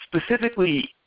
specifically